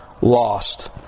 lost